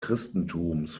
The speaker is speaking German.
christentums